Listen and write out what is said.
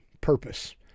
purpose